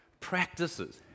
practices